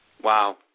Wow